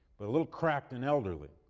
but a little cracked and elderly,